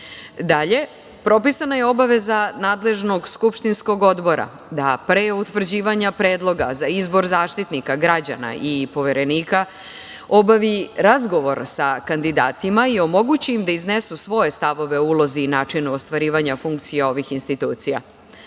skupštine. Propisana je obaveza nadležnog skupštinskog odbora da pre utvrđivanja predloga za izbor Zaštitnika građana i Poverenika obavi razgovor sa kandidatima i omogući im da iznesu svoje stavove o ulozi i načinu ostvarivanja funkcije ovih institucija. Predlozima